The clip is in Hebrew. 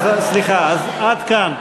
סליחה, אז עד כאן.